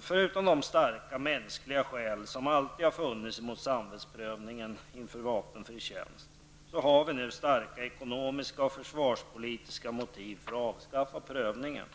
Förutom de starka mänskliga skäl som alltid har funnits mot samvetsprövningen inför vapenfri tjänst har vi nu starka ekonomiska och försvarspolitiska motiv för att avskaffa prövningen.